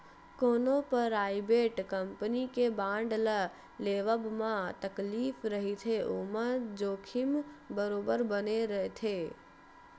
कोनो private company के bond ल लेवब म तकलीफ रहिथे ओमा जोखिम बरोबर बने रथे